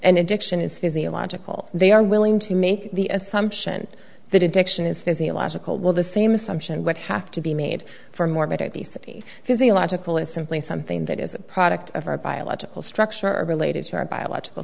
and addiction is physiological they are willing to make the assumption addiction is physiological well the same assumption would have to be made for morbid obesity physiological is simply something that is a product of our biological structure related to our biological